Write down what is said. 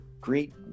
great